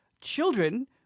children